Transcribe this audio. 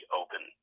open